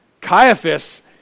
Caiaphas